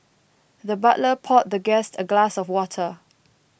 the butler poured the guest a glass of water